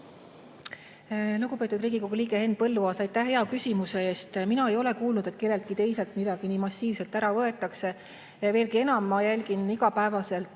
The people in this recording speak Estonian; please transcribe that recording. Lugupeetud Riigikogu liige Henn Põlluaas, aitäh hea küsimuse eest! Mina ei ole kuulnud, et kelleltki teiselt midagi nii massiivselt ära võetakse. Veelgi enam, ma jälgin igapäevaselt